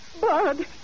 Bud